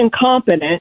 incompetent